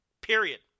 period